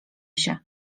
się